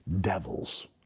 devils